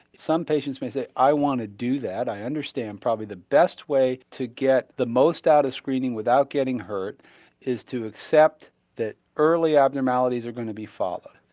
some patients may say, i want to do that. i understand probably the best way to get the most out of screening without getting hurt is to accept that early abnormalities are going to be followed.